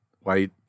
white